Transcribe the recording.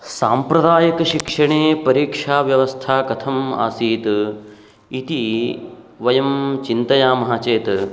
साम्प्रदायिक शिक्षणे परीक्षाव्यवस्था कथम् आसीत् इति वयं चिन्तयामः चेत्